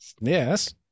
Yes